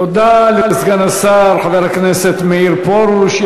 תודה לסגן השר חבר הכנסת מאיר פרוש.